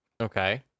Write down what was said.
Okay